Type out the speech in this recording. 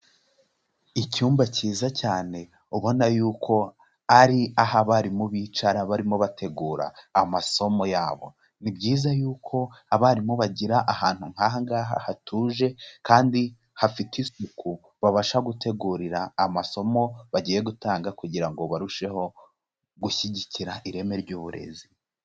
Icyumba cyiza cyane ubona yuko ari aho abarimu bicara barimo bategura amasomo yabo, ni byiza yuko abarimu bagira ahantu nk'aha ngaha hatuje kandi hafite isuku, babasha gutegurira amasomo bagiye gutanga kugira ngo barusheho gushyigikira ireme ry'uburezi.